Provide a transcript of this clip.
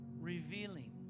revealing